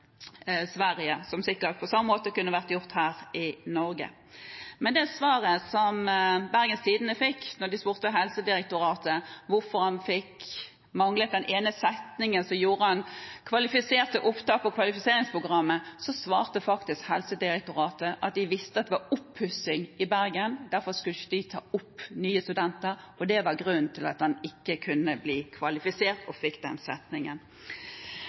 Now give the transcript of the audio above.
Sverige, noe som sikkert kunne vært gjort på samme måte her i Norge. Men det svaret som Bergens Tidende fikk da de spurte Helsedirektoratet om hvorfor han manglet den ene setningen, som ville gjort ham kvalifisert til opptak på kvalifiseringsprogrammet, var at de visste at det var oppussing i Bergen – derfor skulle de ikke ta opp nye studenter. Det er vel grunnen til at han ikke kunne bli kvalifisert og få den setningen.